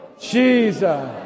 Jesus